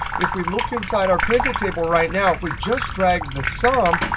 if we look inside our pivot table right now, if we just drag the sum,